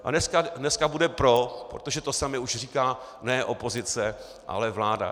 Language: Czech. A dneska bude pro, protože to samé už říká ne opozice, ale vláda.